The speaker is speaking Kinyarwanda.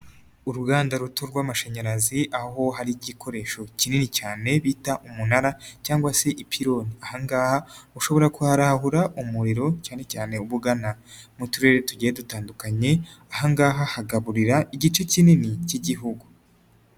Uruganda ruto rw'amashanyarazi aho hari igikoresho kinini cyane bita umunara cyangwa se ipironi, aha ngaha ushobora kuharabura umuriro cyane cyane uba ugana mu Turere tugiye dutandukanye, aha ngaha hagaburira igice kinini k'Igihugu.